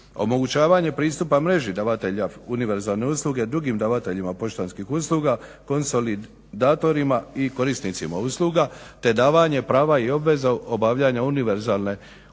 Omogućavanje pristupa mreži davatelja univerzalne usluge drugim davateljima poštanskih usluga konsolidatorima i korisnicima usluga, te davanje prava i obveza obavljanja univerzalne usluge